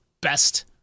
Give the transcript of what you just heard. best